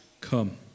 come